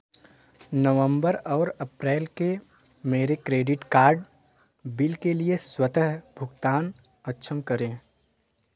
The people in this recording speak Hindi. नवंबर और अप्रैल के मेरे क्रेडिट कार्ड बिल के लिए स्वतः भुगतान अक्षम करें